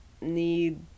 need